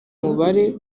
mubare